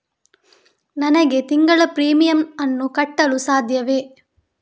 ನನಗೆ ತಿಂಗಳ ಪ್ರೀಮಿಯಮ್ ಅನ್ನು ಕಟ್ಟಲು ಸಾಧ್ಯವೇ?